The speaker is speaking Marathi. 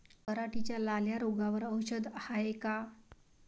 पराटीच्या लाल्या रोगावर औषध हाये का?